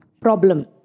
problem